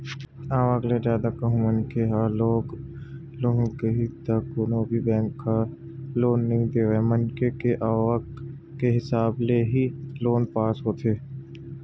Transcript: आवक ले जादा कहूं मनखे ह लोन लुहूं कइही त कोनो भी बेंक ह लोन नइ देवय मनखे के आवक के हिसाब ले ही लोन पास होथे